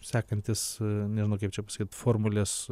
sekantis nežinau kaip čia pasakyt formulės